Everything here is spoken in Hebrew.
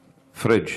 פריג'.